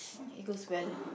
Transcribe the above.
it goes well